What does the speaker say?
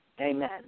Amen